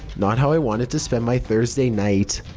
not how i wanted to spend my thursday night.